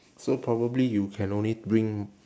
so probably you can only bring